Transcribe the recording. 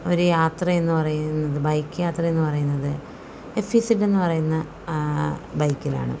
ഒരു യാത്ര എന്നു പറയുന്നത് ബൈക്ക് യാത്ര എന്നു പറയുന്നത് എഫ് ഇസെഡ് എന്നു പറയുന്ന ബൈക്കിലാണ്